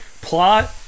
plot